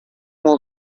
will